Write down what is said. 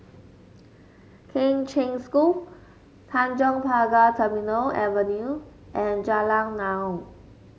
Kheng Cheng School Tanjong Pagar Terminal Avenue and Jalan Naung